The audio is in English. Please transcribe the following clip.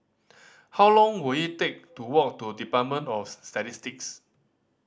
how long will it take to walk to Department of Statistics